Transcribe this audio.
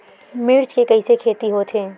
मिर्च के कइसे खेती होथे?